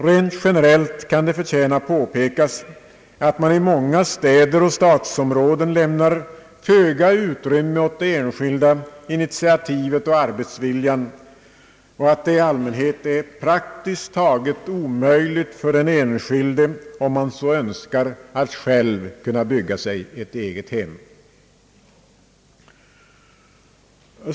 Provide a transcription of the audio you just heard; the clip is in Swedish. Rent generellt kan det förtjäna påpekas att man i många städer och stadsområden lämnar föga utrymme åt det enskilda initiativet och arbetsviljan och att det i allmänhet är praktiskt taget omöjligt för den enskilde att om han så önskar själv bygga sig ett eget hem.